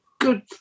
good